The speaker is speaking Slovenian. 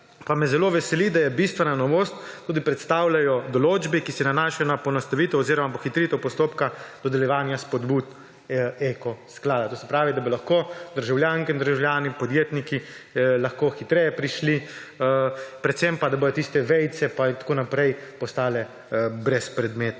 pa me zelo veseli, da bistveno novost tudi predstavljajo določbe, ki se nanašajo na poenostavitev oziroma pohitritev postopka dodeljevanja spodbud Eko sklada. To se pravi, da bi lahko državljanke in državljani, podjetniki lahko hitreje prišli, predvsem pa, da bodo tiste vejice pa tako naprej postale brezpredmetne.